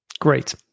Great